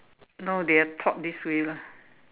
no they are taught this way lah